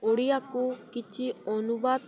ଓଡ଼ିଆକୁ କିଛି ଅନୁବାଦ